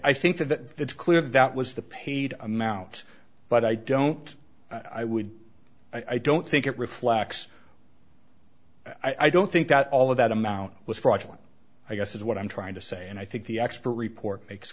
don't think so i think that it's clear that was the paid amount but i don't i would i don't think it reflects i don't think that all of that amount was fraudulent i guess is what i'm trying to say and i think the expert report makes